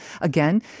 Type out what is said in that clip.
again